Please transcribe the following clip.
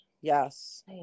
Yes